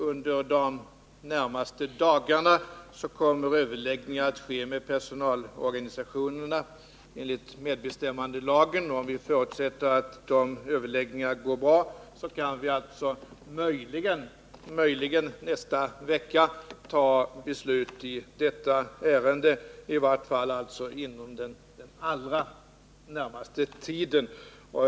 Under de närmaste dagarna kommer överläggningar att hållas med personalorganisationerna enligt medbestämmandelagen, och om vi förutsätter att de överläggningarna går bra kan vi möjligen i nästa vecka eller i vart fall inom den allra närmaste tiden fatta beslut i detta ärende.